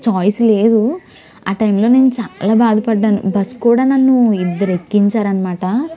choice లేదు ఆ టైంలో నేను చాలా బాధపడ్డాను బస్సు కూడా నన్ను ఇద్దరు ఎక్కించారు అనమాట